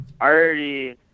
already